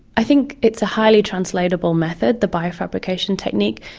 i think it's a highly translatable method, the biofabrication technique.